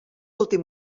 últim